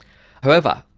however,